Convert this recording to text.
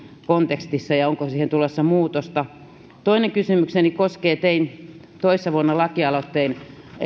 kontekstissa ja onko siihen tulossa muutosta toinen kysymykseni koskee sitä kun tein toissa vuonna lakialoitteen